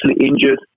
injured